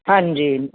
ਹਾਂਜੀ